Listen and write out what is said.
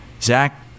Zach